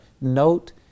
note